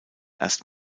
erst